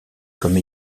comme